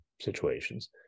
situations